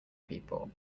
people